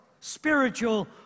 spiritual